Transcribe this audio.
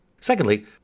Secondly